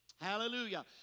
Hallelujah